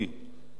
האם באמת